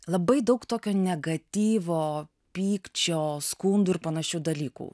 labai daug tokio negatyvo pykčio skundų ir panašių dalykų